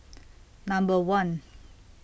Number one